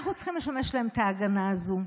אנחנו צריכים לשמש להם ההגנה הזו.